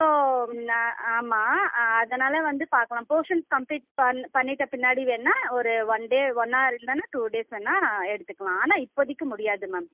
so நான் ஆமாம் அதனால் வந்து பார்க்கலாம் போஷன்ஸ் கம்ப்ளீட் பண்ண பண்ணிட்ட பின்னாடி வேணுனா ஒரு ஒன் டே ஒன் ஆர் இல்லைன்னா டூ டேஸ் வேணுனா எடுத்துக்கலாம் ஆனால் இப்போதைக்கு முடியாது மேம்